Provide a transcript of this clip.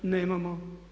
Nemamo.